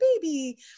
baby